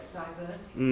diverse